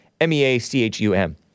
M-E-A-C-H-U-M